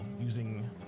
using